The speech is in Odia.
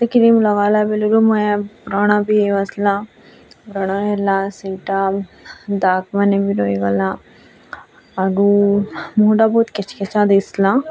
ସେ କ୍ରିମ୍ ଲଗାଲା ବେଳୁରୁ ମୁହଁରେ ବ୍ରଣ ବି ହେଇ ଆସଲା ବ୍ରଣ ହେଲା ସେଇଟା ଦାଗ୍ ମାନେବି ରହିଗଲା ଆଗୁ ମୁହଁଟା ବହୁତ୍ କେଚ୍ କେଚା ଦିଶଲା